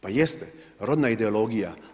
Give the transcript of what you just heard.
Pa jeste, rodna ideologija.